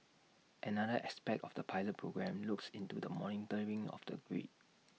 another aspect of the pilot programme looks into the monitoring of the grid